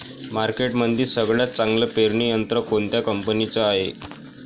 मार्केटमंदी सगळ्यात चांगलं पेरणी यंत्र कोनत्या कंपनीचं हाये?